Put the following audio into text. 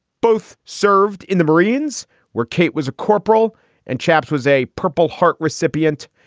both served in the marines where kate was a corporal and chaps was a purple heart recipient.